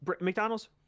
McDonald's